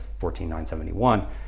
14971